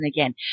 again